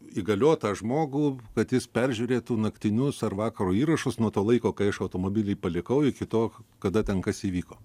įgaliotą žmogų kad jis peržiūrėtų naktinius ar vakaro įrašus nuo to laiko kai aš automobilį palikau iki to kada ten kas įvyko